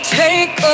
take